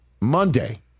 Monday